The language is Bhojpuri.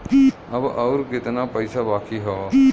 अब अउर कितना पईसा बाकी हव?